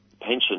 pension